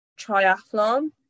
triathlon